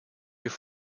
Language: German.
hier